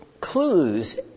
clues